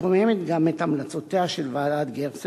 התואמת גם את המלצותיה של ועדת-גרסטל,